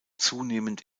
zunehmend